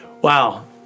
Wow